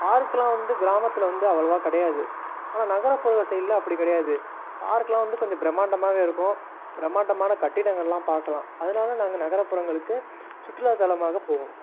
பார்க்லாம் வந்து கிராமத்தில் வந்து அவ்வளோவா கிடையாது ஆனால் நகர்ப்புற சைடில் அப்படி கிடையாது பார்க்லாம் வந்து கொஞ்சம் பிரம்மாண்டமாகவே இருக்கும் பிரம்மாண்டமான கட்டிடங்கள்லாம் பார்க்கலாம் அதனால நாங்கள் நகரப்புறங்களுக்கு சுற்றுலாத்தலமாக போவோம்